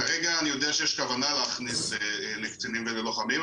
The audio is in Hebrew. כרגע אני יודע שיש כוונה להכניס לקצינים וללוחמים,